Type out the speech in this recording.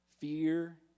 Fear